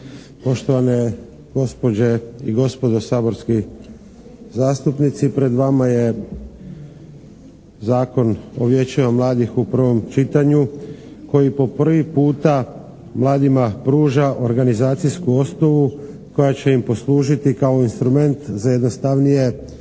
Poštovane gospođe i gospodo saborski zastupnici pred vama je Zakon o vijećima mladih u prvom čitanju koji po prvi puta mladima pruža organizacijsku osnovu koja će im poslužiti kao instrument za jednostavnije